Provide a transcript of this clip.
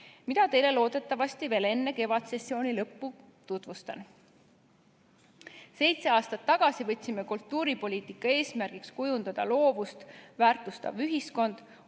ma teile loodetavasti veel enne kevadsessiooni lõppu tutvustan. Seitse aastat tagasi võtsime kultuuripoliitika eesmärgiks kujundada loovust väärtustav ühiskond,